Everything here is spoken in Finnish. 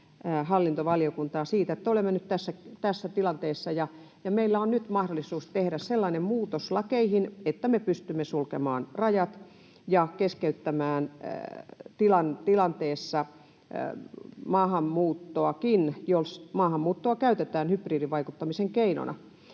että olemme nyt tässä tilanteessa ja meillä on nyt mahdollisuus tehdä sellainen muutos lakeihin, että me pystymme sulkemaan rajat ja keskeyttämään tilanteessa maahanmuuttoakin, jos maahanmuuttoa käytetään hybridivaikuttamisen keinona.